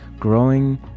Growing